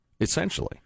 essentially